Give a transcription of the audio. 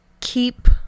keep